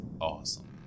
awesome